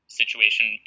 situation